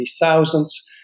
thousands